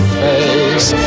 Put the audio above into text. face